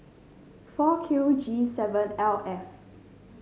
four Q G seven L F